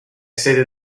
sede